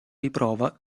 riprova